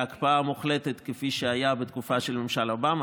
להקפאה מוחלטת כפי שהיה בתקופה של ממשל אובמה.